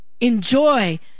Enjoy